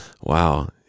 Wow